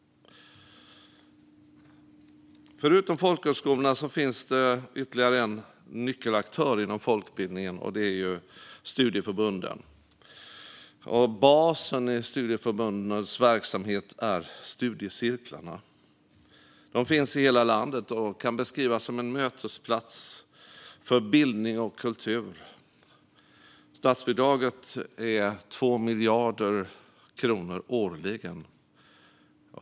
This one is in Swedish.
Förutom folkhögskolorna finns ytterligare en nyckelaktör inom folkbildningen, och det är studieförbunden. Basen i studieförbundens verksamhet är studiecirklarna. De finns i hela landet och kan beskrivas som en mötesplats för bildning och kultur. Statsbidraget till studieförbunden är 2 miljarder kronor årligen.